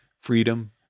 freedom